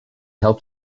helped